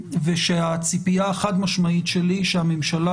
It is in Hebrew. ושהציפייה החד משמעית שלי היא שהממשלה